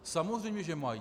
Samozřejmě že mají.